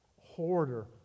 hoarder